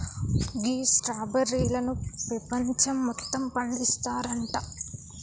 గీ స్ట్రాబెర్రీలను పెపంచం మొత్తం పండిస్తారంట